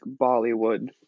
Bollywood